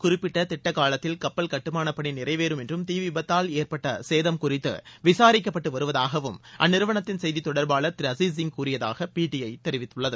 குறிப்பிட்ட திட்ட காலத்தில் கட்டுமானப்பணி நிறைவேறும் என்றும் தீ விபத்தால் ஏற்பட்ட சேதம் குறித்து விசாரிக்கப்பட்டு வருவதாகவும் அந்நிறுவனத்தின் செய்தித் தொடர்பாளர் திரு அஷிஸ் சிங் கூறியதாக பிடிஐ தெரிவித்துள்ளது